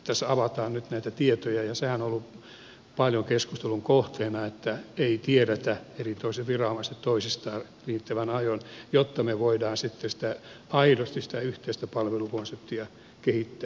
tässä avataan nyt näitä tietoja ja sehän on ollut paljon keskustelun kohteena että toiset viranomaiset eivät tiedä toisistaan riittävän ajoissa jotta me voimme sitten aidosti sitä yhteistä palvelukonseptia kehittää